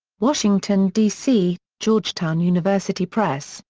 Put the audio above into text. washington, dc georgetown university press,